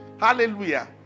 Hallelujah